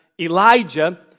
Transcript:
Elijah